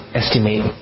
estimate